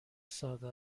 ساده